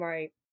Right